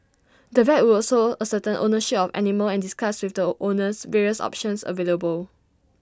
the vet also ascertain ownership of animal and discuss with the O owner various options available